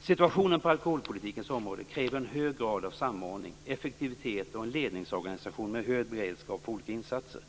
Situationen på alkoholpolitikens område kräver en hög grad av samordning, effektivitet och en ledningsorganisation med hög beredskap för olika insatser.